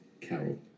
Carol